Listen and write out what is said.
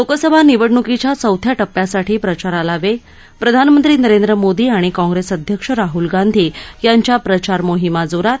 लोकसभा निवडणुकीच्या चौथ्या टप्प्यासाठी प्रचाराला वेग प्रधानमंत्री नरेंद्र मोदी आणि काँग्रेस अध्यक्ष राहुल गांधी यांच्या प्रचार मोहिमा जोरात